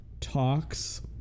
talks